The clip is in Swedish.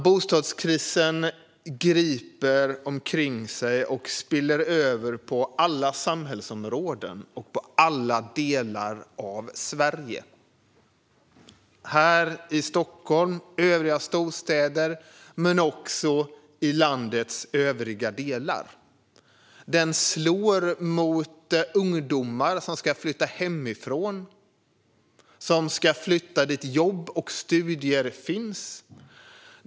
Bostadskrisen griper omkring sig och spiller över på alla samhällsområden och alla delar av Sverige - här i Stockholm, i övriga storstäder men också i landets övriga delar. Den slår mot ungdomar som ska flytta hemifrån till platser där jobb och studier finns.